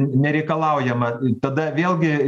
nereikalaujama tada vėlgi